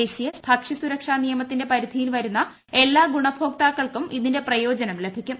ദേശീയ ഭക്ഷ്യസുരക്ഷാ നിയമത്തിന്റെട് പരിധിയിൽ വരുന്ന എല്ലാ ഗുണഭോക്താക്കൾക്കും ഇതിന്റെ പ്രയോജനം ലഭിക്കും